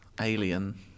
Alien